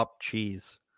cheese